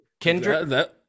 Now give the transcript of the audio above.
Kendra